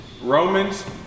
Romans